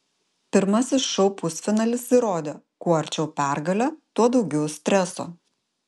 pirmasis šou pusfinalis įrodė kuo arčiau pergalė tuo daugiau streso